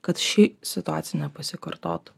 kad ši situacija nepasikartotų